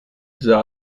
sah